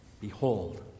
Behold